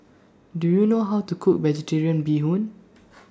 Do YOU know How to Cook Vegetarian Bee Hoon